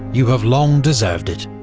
you have long deserved it.